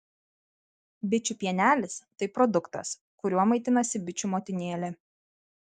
bičių pienelis tai produktas kuriuo maitinasi bičių motinėlė